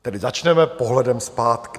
Tedy začneme pohledem zpátky.